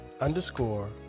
underscore